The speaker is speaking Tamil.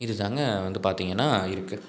இதுதாங்க வந்து பார்த்திங்கன்னா இருக்கு